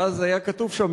ואז היה כתוב שם,